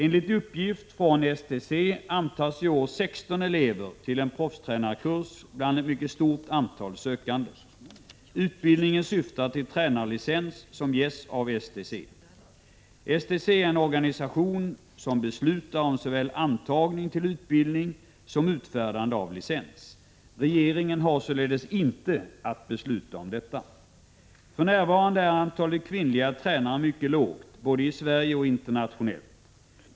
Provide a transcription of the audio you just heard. Enligt uppgift från STC antas i år 16 elever till en proffstränarkurs bland ett mycket stort antal sökande. Utbildningen syftar till tränarlicens som ges av STC. STC är en organisation som beslutar om såväl antagning till utbildning som utfärdande av licens. Regeringen har således inte att besluta om detta. För närvarande är antalet kvinnliga tränare mycket lågt både i Sverige och internationellt.